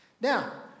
Now